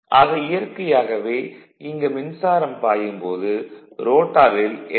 ஆக இயற்கையாகவே இங்கு மின்சாரம் பாயும் போது ரோட்டாரில் எம்